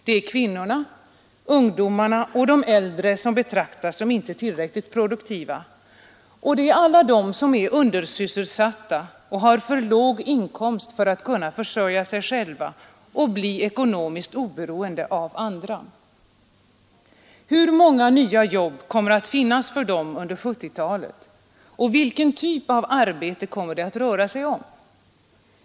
Det är kvinnorna, ungdomarna och de äldre som betraktas som inte tillräckligt produktiva, och det är alla de som är undersysselsatta och har för låg inkomst för att kunna försörja sig själva och bli ekonomiskt oberoende av andra. Hur många arbeten kommer att finnas för dem under 1970-talet, och vilken typ av arbete kommer det att röra sig om?